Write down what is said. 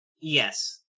Yes